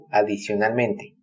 adicionalmente